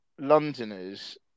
Londoners